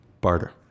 Barter